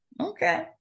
Okay